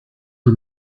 die